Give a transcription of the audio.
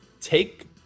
take